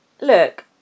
Look